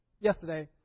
Yesterday